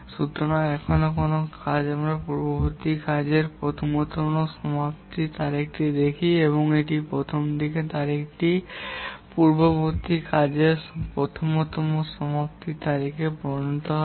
সুতরাং এখানে যে কোনও কার্য আমরা পূর্ববর্তী কার্যের প্রথমতম সমাপ্তির তারিখটি দেখি এবং এটির প্রথম দিকের তারিখটি পূর্ববর্তী কার্যের প্রথমতম সমাপ্তির তারিখে পরিণত হবে